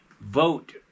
Vote